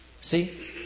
See